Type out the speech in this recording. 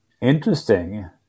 Interesting